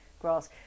grass